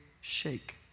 shake